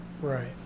Right